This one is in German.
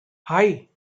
hei